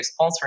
sponsoring